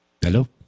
Hello